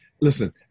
Listen